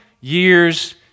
years